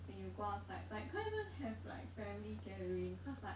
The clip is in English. when you go outside like can't even have like family gathering cause like